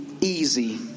easy